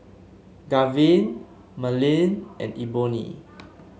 Garvin Marleen and Eboni